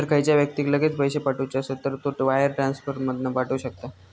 जर खयच्या व्यक्तिक लगेच पैशे पाठवुचे असत तर तो वायर ट्रांसफर मधना पाठवु शकता